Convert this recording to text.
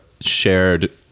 shared